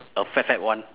a fat fat one